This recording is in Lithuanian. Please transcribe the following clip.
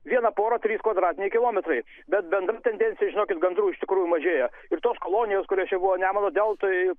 viena pora trys kvadratiniai kilometrai bet bendra tendencija žinokit gandrų iš tikrųjų mažėja ir tos kolonijos kurios čia buvo nemuno deltoj